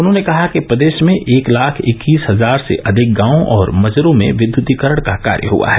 उन्होंने कहा कि प्रदेश में एक लाख इक्कीस हजार से अधिक गांवों और मजरों में विद्यतीकरण का कार्य हजा है